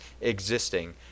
existing